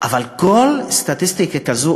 אבל כל סטטיסטיקה כזו,